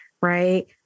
right